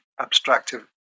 abstractive